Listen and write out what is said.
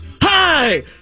Hi